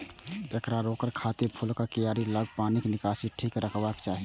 एकरा रोकै खातिर फूलक कियारी लग पानिक निकासी ठीक रखबाक चाही